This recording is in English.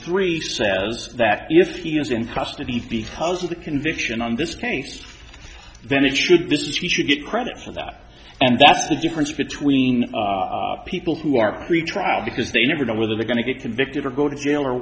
three says that if he is in custody because of the conviction on this case then it should be he should get credit for that and that's the difference between people who are free trial because they never know whether they're going to get convicted or go to jail or